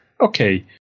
okay